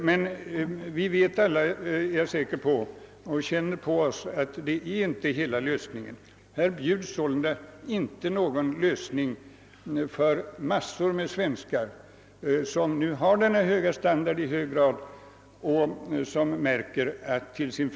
Jag är emellertid säker om att vi alla känner på oss att detta inte är hela lösningen för den mängd svenskar som nu i så stor utsträckning har denna höga standard men som till sin förskräckelse märker att det inte räcker.